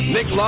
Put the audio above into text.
Nick